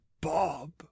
bob